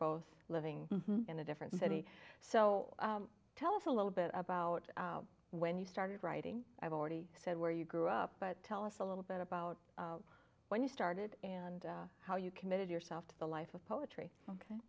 both living in a different city so tell us a little bit about when you started writing i've already said where you grew up but tell us a little bit about when you started and how you committed yourself to the life of poetry